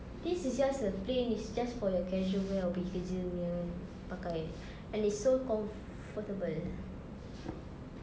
this is just a plain it's just for your casual wear or pergi kerja punya pakai and it's so comfortable